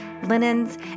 linens